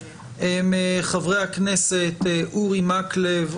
הם חברי הכנסת אורי מקלב,